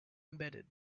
embedded